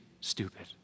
stupid